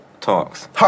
talks